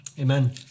Amen